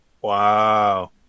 Wow